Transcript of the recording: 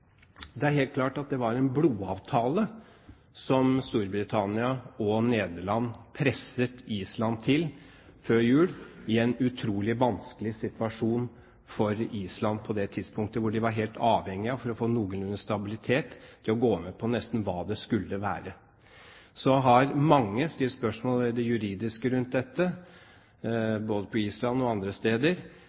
Det er helt klart at det var en blodavtale Storbritannia og Nederland presset Island til før jul i en utrolig vanskelig situasjon for Island på det tidspunktet da de var helt avhengige av, for å få noenlunde stabilitet, å gå med på nesten hva det skulle være. Mange har stilt spørsmål om det juridiske rundt dette, både på Island og andre steder.